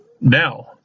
now